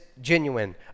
genuine